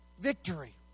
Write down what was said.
Victory